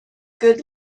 good